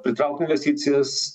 pritraukt investicijas